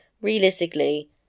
realistically